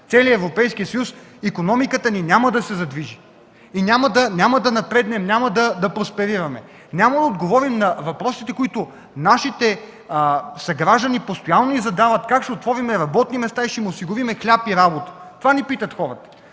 целия Европейски съюз, икономиката ни няма да се задвижи, няма да напреднем, няма да просперираме, няма да отговорим на въпросите, които нашите съграждани постоянно ни задават за отваряне на работни места, за осигуряване на хляб и работа. Това ни питат хората.